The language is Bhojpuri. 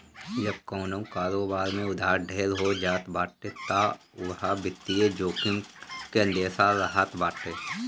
जब कवनो कारोबार में उधार ढेर हो जात बाटे तअ उहा वित्तीय जोखिम के अंदेसा रहत बाटे